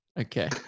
Okay